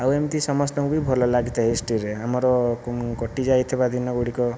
ଆଉ ଏମତି ସମସ୍ତଙ୍କୁ ବି ଭଲ ଲାଗିଥାଏ ହିଷ୍ଟରୀରେ ଆମର କଟିଯାଇଥିବା ଦିନ ଗୁଡିକ